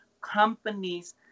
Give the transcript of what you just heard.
companies